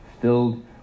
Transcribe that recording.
filled